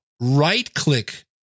right-click